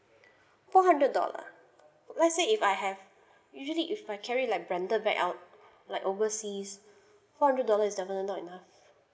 four hundred dollar let's say if I have usually if I carry like branded bag out like overseas four hundred dollars is definitely not enough